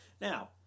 Now